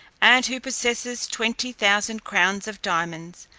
and who possesses twenty thousand crowns of diamonds.